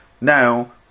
Now